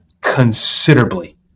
considerably